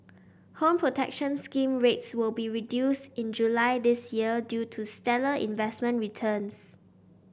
Home Protection Scheme rates will be reduced in July this year due to stellar investment returns